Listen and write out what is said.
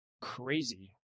crazy